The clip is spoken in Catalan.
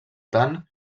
tant